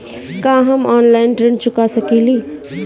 का हम ऑनलाइन ऋण चुका सके ली?